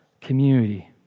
community